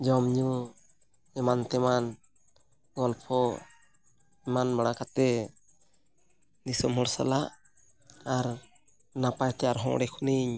ᱡᱚᱢᱼᱧᱩ ᱮᱢᱟᱱ ᱛᱮᱢᱟᱱ ᱜᱚᱞᱯᱚ ᱮᱢᱟᱱ ᱵᱟᱲᱟ ᱠᱟᱛᱮᱫ ᱫᱤᱥᱚᱢ ᱦᱚᱲ ᱥᱟᱞᱟᱜ ᱟᱨ ᱱᱟᱯᱟᱛᱮ ᱟᱨᱦᱚᱸ ᱚᱸᱰᱮ ᱠᱷᱚᱱᱤᱧ